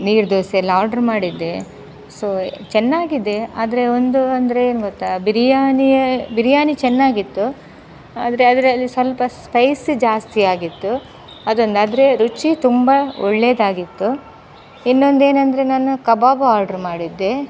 ನೀರು ದೋಸೆ ಎಲ್ಲ ಆರ್ಡ್ರು ಮಾಡಿದ್ದೆ ಸೊ ಚೆನ್ನಾಗಿದೆ ಆದರೆ ಒಂದು ಅಂದರೆ ಏನು ಗೊತ್ತಾ ಬಿರಿಯಾನಿಯ ಬಿರಿಯಾನಿ ಚೆನ್ನಾಗಿತ್ತು ಆದರೆ ಅದರಲ್ಲಿ ಸ್ವಲ್ಪ ಸ್ಪೈಸಿ ಜಾಸ್ತಿ ಆಗಿತ್ತು ಅದೊಂದು ಆದರೆ ರುಚಿ ತುಂಬ ಒಳ್ಳೆದಾಗಿತ್ತು ಇನ್ನೊಂದು ಏನಂದರೆ ನಾನು ಕಬಾಬ್ ಆರ್ಡ್ರು ಮಾಡಿದ್ದೆ